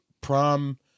prom